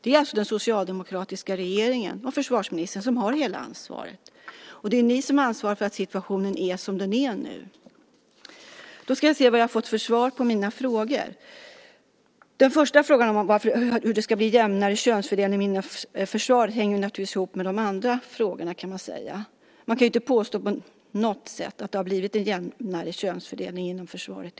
Det är alltså den socialdemokratiska regeringen och försvarsministern som har hela ansvaret. Det är ni som har ansvaret för att situationen nu är som den är. Låt oss sedan se på de svar jag fått på mina frågor. Den första frågan, hur det ska bli en jämnare könsfördelning inom försvaret, hänger naturligtvis ihop med de andra frågorna. Man kan inte på något sätt påstå att det blivit en jämnare könsfördelning inom försvaret.